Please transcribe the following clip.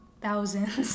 thousands